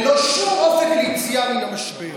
ללא שום אופק ליציאה מן המשבר.